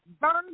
Burn